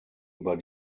über